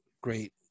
great